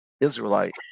Israelite